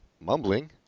mumbling